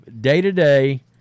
day-to-day